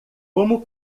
como